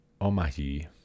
Omahi